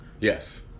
yes